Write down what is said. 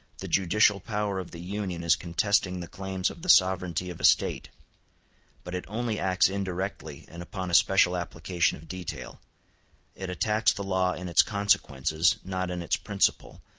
the judicial power of the union is contesting the claims of the sovereignty of a state but it only acts indirectly and upon a special application of detail it attacks the law in its consequences, not in its principle,